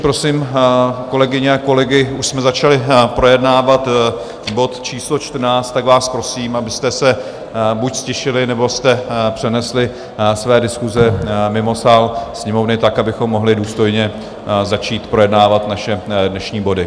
Prosím kolegyně a kolegy, už jsme začali projednávat bod číslo 14, tak vás prosím, abyste se buď ztišili, nebo jste přenesli své diskuse mimo sál sněmovny, abychom mohli důstojně začít projednávat naše dnešní body.